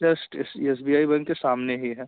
just S S B I bank के सामने ही है